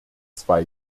zwei